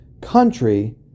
country